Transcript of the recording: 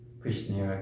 Krishna